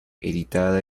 editada